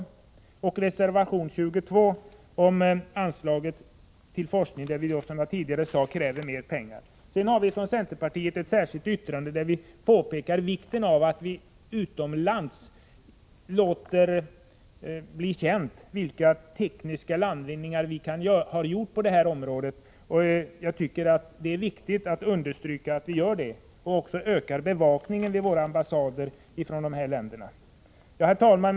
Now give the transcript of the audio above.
Slutligen yrkar jag bifall till reservation 22 vad gäller anslag till åtgärder mot försurning, där vi således vill ha mer pengar. Centerpartiet har också avgett ett särskilt yttrande i vilket särskilt påpekas vikten av att vi utomlands låter bli känt vilka tekniska landvinningar som vi har gjort på detta område. Jag tycker det är viktigt att understryka det och att även låta våra ambassader i dessa länder öka bevakningen på området. Herr talman!